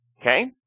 Okay